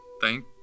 Thank